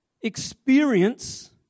experience